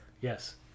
Yes